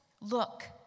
Look